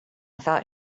thought